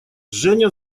женя